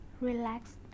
Relax